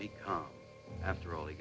because after all he